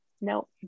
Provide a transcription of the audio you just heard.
no